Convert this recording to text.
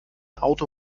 auto